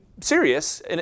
serious